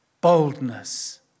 boldness